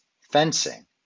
fencing